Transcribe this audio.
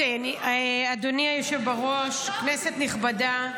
אדוני היושב-ראש, כנסת נכבדה,